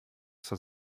zur